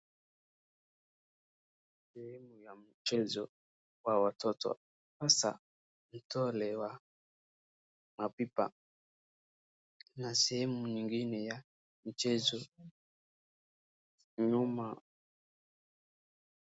Sehemu ya mchezo wa watoto, hasa mtole wa mapipa, na sehemu nyingine ya mchezo, nyuma...